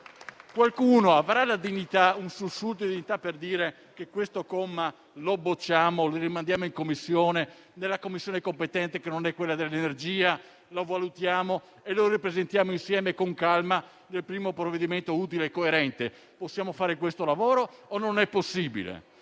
Qualcuno avrà un sussulto di dignità per bocciare questo comma e rimandarlo nella Commissione competente, che non è quella dell'energia, per valutarlo e presentarlo insieme con calma nel primo provvedimento utile e coerente? Possiamo fare questo lavoro o non è possibile?